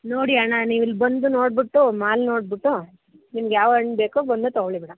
ನೋಡಿ ಹಣ ನೀವಿಲ್ಲಿ ಬಂದು ನೋಡ್ಬಿಟ್ಟು ಮಾಲು ನೋಡ್ಬಿಟ್ಟು ನಿಮ್ಗೆ ಯಾವ ಹಣ್ ಬೇಕೋ ಬಂದು ತಗೊಳ್ಳಿ ಮೇಡಮ್